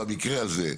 במקרה הזה,